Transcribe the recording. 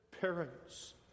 Parents